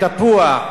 תפוח,